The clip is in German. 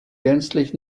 gänzlich